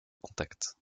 contacts